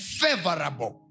favorable